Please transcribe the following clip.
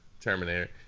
Terminator